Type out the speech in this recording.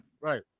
Right